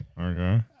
Okay